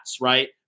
right